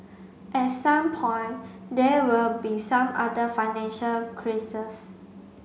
at some point there will be some other financial